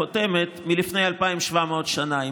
חותמת מלפני 2,700 שנה.